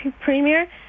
premier